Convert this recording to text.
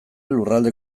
lurralde